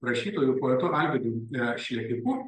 rašytoju poetu alvydu šlepiku